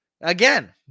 Again